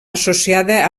associada